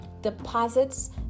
Deposits